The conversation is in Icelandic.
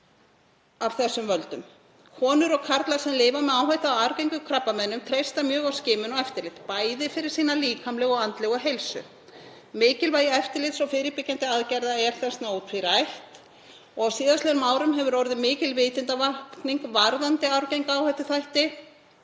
af þessum völdum. Konur og karlar sem lifa með áhættu á arfgengum krabbameinum treysta mjög á skimun og eftirlit, bæði fyrir sína líkamlegu og andlegu heilsu. Mikilvægi eftirlits og fyrirbyggjandi aðgerða er þess vegna ótvírætt. Á síðastliðnum árum hefur orðið mikil vitundarvakning varðandi arfgenga áhættuþætti